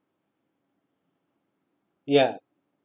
ya